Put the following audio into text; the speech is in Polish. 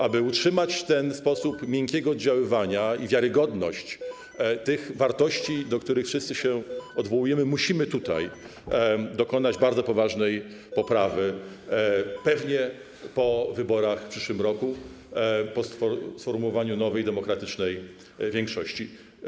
Aby utrzymać sposób miękkiego oddziaływania i wiarygodność tych wartości, do których wszyscy się odwołujemy, musimy dokonać bardzo poważnej poprawy pewnie po wyborach w przyszłym roku, po sformułowaniu nowej demokratycznej większości.